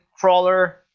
crawler